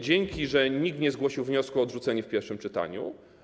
Dzięki, że nikt nie zgłosił wniosku o odrzucenie w pierwszym czytaniu.